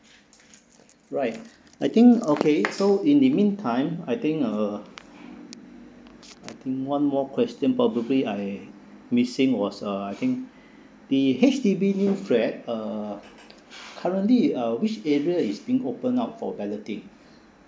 right I think okay so in the meantime I think uh I think one more question probably I missing was uh I think the H_D_B new flat uh currently uh which area is being open up for balloting